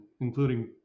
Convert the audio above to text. including